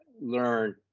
learn